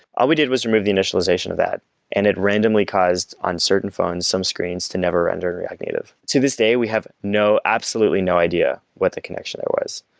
all we did was remove the initialization of that and it randomly caused on certain phones some screens to never render react native. to this day, we have no absolutely no idea what the connection was.